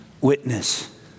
Witness